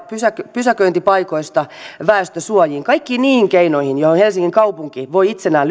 pysäköintipaikoista väestönsuojiin kaikkiin niihin keinoihin joihin helsingin kaupunki voi itse